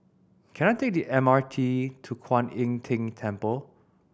can I take the M R T to Kwan Im Tng Temple